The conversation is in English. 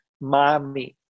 Mommy